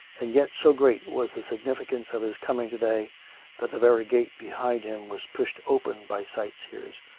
and yet so great was the significance of his coming to-day that the very gate behind him was pushed open by sightseers,